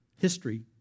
history